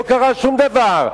לא קרה שום דבר.